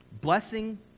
blessing